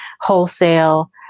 wholesale